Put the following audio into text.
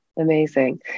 amazing